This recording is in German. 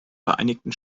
vereinigten